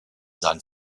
sein